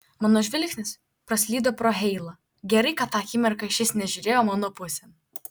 mano žvilgsnis praslydo pro heilą gerai kad tą akimirką šis nežiūrėjo mano pusėn